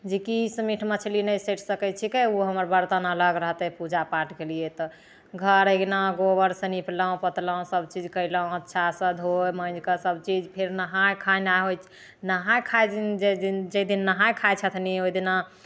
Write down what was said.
जेकि ईसभ मीट मछली नहि सटि सकैत छिकै ओ हमर बरतन अलग रहतै पूजापाठ के लिए तऽ घर अङ्गना गोबरसँ निपलहुँ पोतलहुँ सभचीज कयलहुँ अच्छासँ धो माँजि कऽ सभचीज फेर नहाइ खाना होइ नहाइ खाइ दिन जाहि दिन जे दिन नहाइ खाइ छथिन ओहिदिना